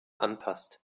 anpasst